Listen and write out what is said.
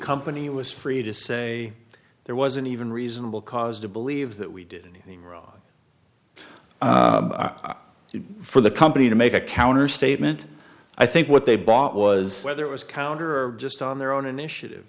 company it was free to say there wasn't even reasonable cause to believe that we did anything wrong for the company to make a counter statement i think what they bought was whether it was counter or just on their own initiative